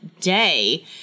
day